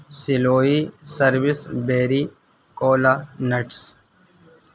سلوئی service berry cola nuts